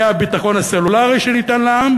היה הביטחון הסלולרי שניתן לעם